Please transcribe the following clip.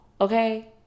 Okay